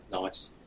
Nice